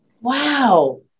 Wow